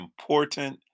important